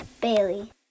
Bailey